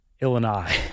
Illinois